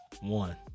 One